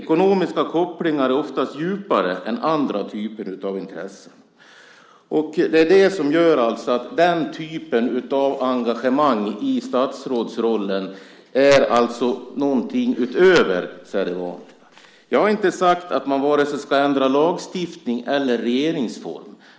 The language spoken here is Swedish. Ekonomiska kopplingar är oftast djupare än andra typer av intressen. Det är det som gör att den typen av engagemang i statsrådsrollen är någonting utöver det vanliga. Jag har inte sagt att man ska ändra vare sig lagstiftning eller regeringsform.